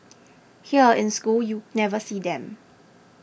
here in school you never see them